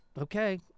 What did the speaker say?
Okay